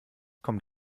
kommt